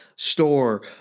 store